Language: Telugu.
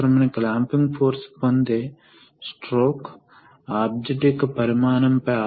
కాబట్టి మనము మొదట రెసిప్రొకేటింగ్ సర్క్యూట్ చూస్తాము మరియు ముఖ్యంగా అందులో ఎక్స్టెన్షన్ స్ట్రోక్ ను చూస్తాము